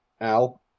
Al